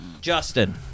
Justin